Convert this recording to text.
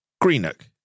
Greenock